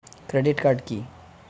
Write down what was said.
Credit card কি?